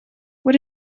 what